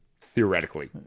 theoretically